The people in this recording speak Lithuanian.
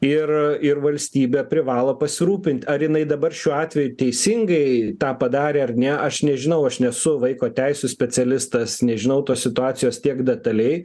ir ir valstybė privalo pasirūpinti ar jinai dabar šiuo atveju teisingai tą padarė ar ne aš nežinau aš nesu vaiko teisių specialistas nežinau tos situacijos tiek detaliai